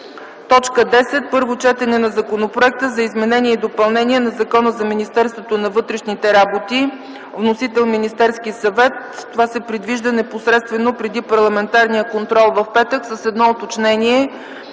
Точка 10 - Първо четене на Законопроекта за изменение и допълнение на Закона за Министерството на вътрешните работи. Вносител: Министерският съвет. Това се предвижда непосредствено преди парламентарния контрол в петък с едно уточнение